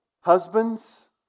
Husbands